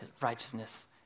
righteousness